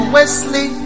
Wesley